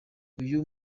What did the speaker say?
uyu